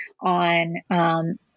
on